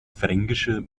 fränkische